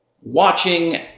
watching